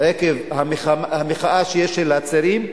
עקב המחאה שיש, של הצעירים,